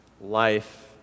life